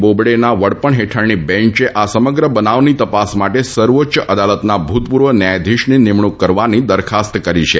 બોબડેના વડપણ હેઠળની બેન્ચે આ સમગ્ર બનાવની તપાસ માટે સર્વોચ્ય અદાલતના ભૂતપૂર્વ ન્યાયાધીશની નિમણુંક કરવાની દરખાસ્ત કરી છે